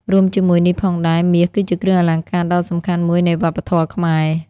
រួមជាមួយនេះផងដែរ មាស គឺជាគ្រឿងអលង្ការដ៏សំខាន់មួយនៃវប្បធម៌ខ្មែរ។